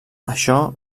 això